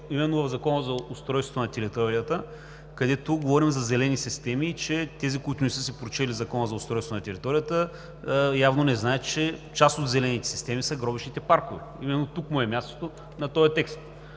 именно в Закона за устройство на територията – в него говорим за зелени системи. Тези, които не са си прочели Закона за устройство на територията, явно не знаят, че част от зелените системи са гробищните паркове. Именно тук му е мястото на този текст.